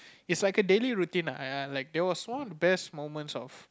is like a daily routine lah I I it was one of the best moments of